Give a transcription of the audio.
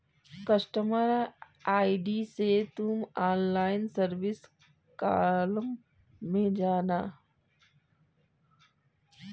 customer ID से तुम online service column में जाना